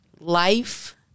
life